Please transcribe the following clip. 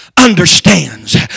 Understands